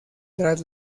tras